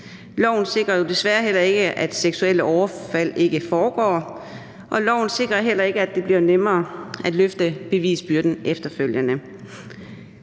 Loven sikrer jo desværre heller ikke, at seksuelle overfald ikke foregår, og loven sikrer heller ikke, at det bliver nemmere at løfte bevisbyrden efterfølgende.